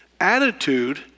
attitude